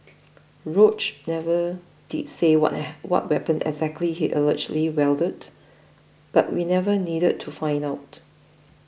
Roach never did say what what weapon exactly he allegedly wielded but we never needed to find out